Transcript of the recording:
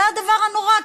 זה הדבר הנורא.